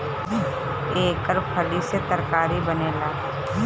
एकर फली से तरकारी बनेला